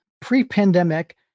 pre-pandemic